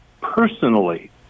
personally